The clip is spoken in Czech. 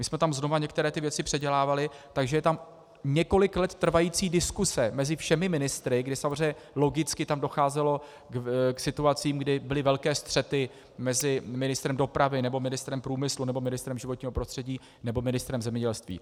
My jsme tam znova některé ty věci předělávali, takže je tam několik let trvající diskuse mezi všemi ministry, kdy samozřejmě logicky tam docházelo k situacím, kdy byly velké střety mezi ministrem dopravy nebo ministrem průmyslu nebo ministrem životního prostředí nebo ministrem zemědělství.